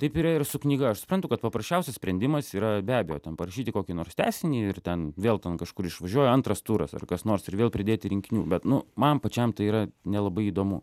taip yra ir su knyga aš suprantu kad paprasčiausias sprendimas yra be abejo ten parašyti kokį nors tęsinį ir ten vėl ten kažkur išvažiuoji antras turas ar kas nors ir vėl pridėti rinkinių bet nu man pačiam tai yra nelabai įdomu